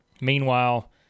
Meanwhile